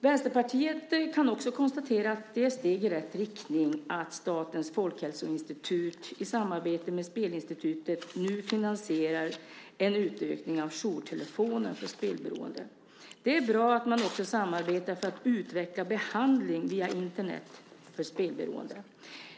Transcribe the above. Vänsterpartiet kan också konstatera att det är steg i rätt riktning att Statens folkhälsoinstitut i samarbetet med Spelinstitutet nu finansierar en utökning av jourtelefonen för spelberoende. Det är bra att man också samarbetar för att utveckla behandling via Internet för spelberoende.